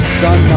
sun